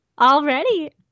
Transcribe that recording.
Already